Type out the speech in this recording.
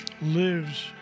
lives